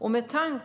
I dag